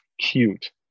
cute